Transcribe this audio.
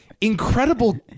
incredible